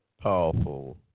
powerful